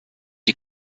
die